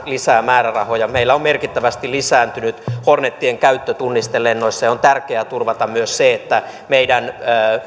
lisää määrärahoja meillä on merkittävästi lisääntynyt hornetien käyttö tunnistelennoissa ja on tärkeää turvata myös se että meidän